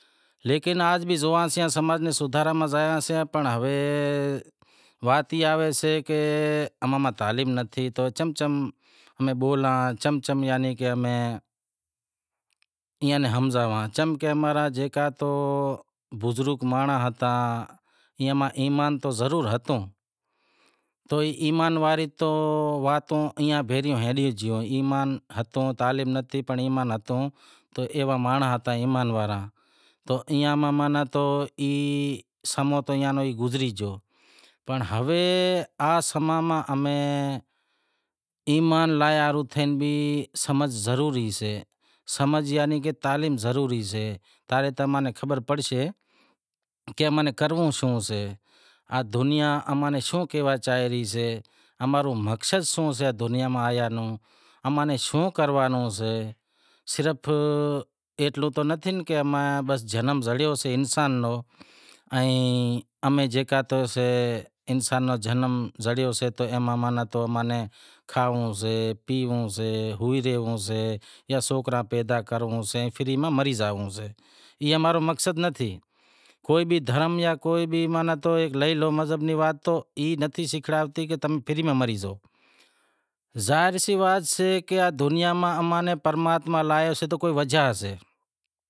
لیکن آج بھی زوئاں سیئاں سماج رے سدھارے میں زایا سیئاں پنڑ ہوے وات ای آوے سے کہ اماں میں تعلیم نتھی تو چم چم آپیں بولاں، چم چم ایئاں ناں ہمزاواں، چم کہ امارا بزرگ مانڑاں ہتا ایئاں ماں ایمان تو ضرور ہتو تو ایمان ہتو تو ایمان واریوں واتیوں تو ایئاں بھینڑیوں ہلیوں گیوں، ایمان ہتو تعلیم نتھی تو ایوا مانڑا ہتا ایمان واڑا تو ایئاں ناں ماناں تو ای سمو تو ایئاں رو بھی گزری گیو پنڑ ہوے آز سمں ماں امیں ایمان لایا ہاروں تھنڑ لا سمجھ ضروری سے، سمجھ ماناں تعلیم ضروری سے، خبر پڑسے کہ ام نیں کرنووں شوں سے، دنیا اماں نیں شوں کہوا چاہے رہی سے کہ اماں رو مقصد شوں سے دنیا ماں آیا نوں، اماں نیں شوں کروانو سے، صرف ایتلو نتھی کہ صرف زنم زڑیو سے انسان رو ائیں امیں جیکا تو سئے انسان رو جنم زڑیو سے تو اینا ماں مانیں کھائنڑو سے، پینئڑو سے، ہوئی رہنڑو سے اے سوکرا پیدا کرنڑا سے ان فری میں مری زانونڑو سے، ای امارو مقصد نہ تھی، کوئی بھی دھرم یا کوئی بھی مذہب لے لو تو ای نتھی سکھڑاتا کہ تم فری میں مری زائو، ظاہر سے وات کہ دنیا ماں اماں نیں پرماتما لایو سے تو کوئی وجہ سے۔